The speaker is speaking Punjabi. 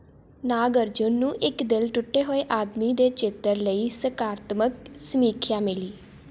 ਨਾਗਅਰਜੁਨ ਨੂੰ ਇੱਕ ਦਿਲ ਟੁੱਟੇ ਹੋਏ ਆਦਮੀ ਦੇ ਚਿੱਤਰ ਲਈ ਸਕਾਰਤਮਕ ਸਮੀਖਿਆ ਮਿਲੀ